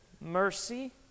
mercy